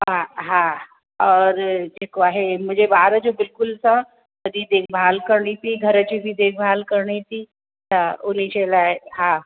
हा हा और जेको आहे मुंहिंजे ॿार जो बिल्कुलु सां सॼी देखभालु करिणी अथई घर जी बि देखभालु करिणी अथई त उनजे लाइ हा